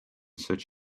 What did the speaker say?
such